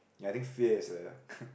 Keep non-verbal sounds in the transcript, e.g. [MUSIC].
ya I think fear is a [NOISE]